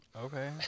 Okay